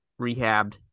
rehabbed